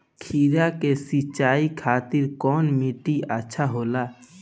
खीरा के सिचाई खातिर कौन मोटर अच्छा होला?